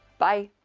bye!